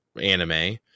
anime